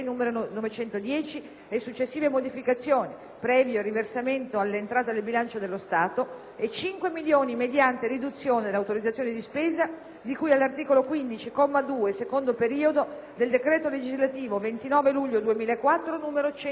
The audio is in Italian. e successive modificazioni, previo riversamento all'entrata del bilancio dello Stato e 5 milioni mediante riduzione dell'autorizzazione di spesa di cui all'articolo 15, comma 2, secondo periodo, del decreto legislativo 29 luglio 2004, n. 102.